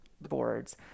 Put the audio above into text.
boards